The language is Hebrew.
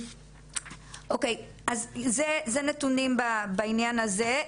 אז אלה נתונים בענין הזה.